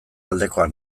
aldekoa